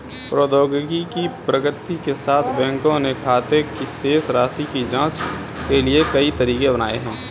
प्रौद्योगिकी की प्रगति के साथ, बैंकों ने खाते की शेष राशि की जांच के लिए कई तरीके बनाए है